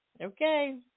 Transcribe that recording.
Okay